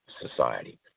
Society